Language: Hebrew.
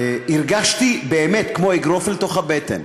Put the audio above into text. הרגשתי באמת כמו אגרוף אל תוך הבטן.